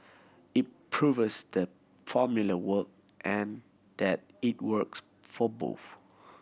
it proves that formula work and that it works for both